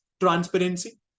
Transparency